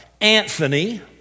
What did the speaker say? Anthony